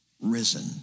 risen